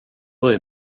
bryr